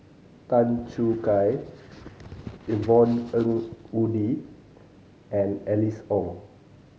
Tan Choo Kai Yvonne Ng Uhde and Alice Ong